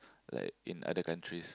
like in other countries